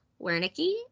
Wernicke